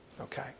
Okay